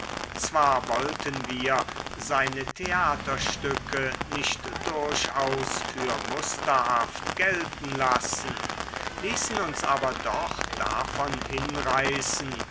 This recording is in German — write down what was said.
zwar wollten wir seine theaterstücke nicht durchaus für musterhaft gelten lassen ließen uns aber doch davon hinreißen